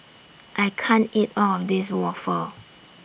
I can't eat All of This Waffle